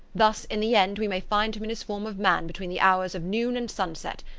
thus in the end we may find him in his form of man between the hours of noon and sunset,